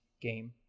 game